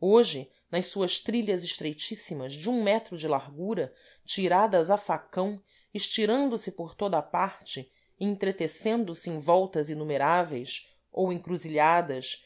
hoje nas suas trilhas estreitíssimas de um metro de largura tiradas a facão estirando-se por toda a parte entretecendo se em voltas inumeráveis ou encruzilhadas